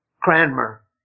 Cranmer